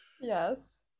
yes